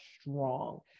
strong